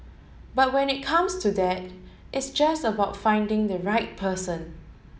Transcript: but when it comes to that it's just about finding the right person